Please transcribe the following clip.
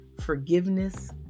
forgiveness